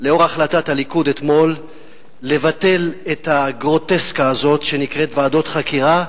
לאור החלטת הליכוד אתמול לבטל את הגרוטסקה הזאת שנקראת ועדות חקירה,